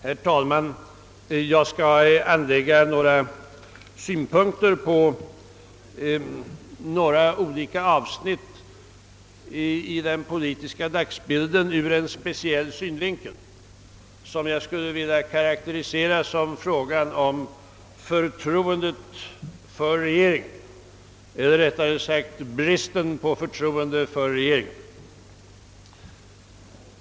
Herr talman! Jag skall göra några reflektioner om några olika avsnitt i den politiska dagsbilden ur en speciell synvinkel, som jag skulle vilja karakterisera som frågan om förtroendet för regeringen eller rättare sagt bristen på förtroende för regeringen.